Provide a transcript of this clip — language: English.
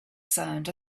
sound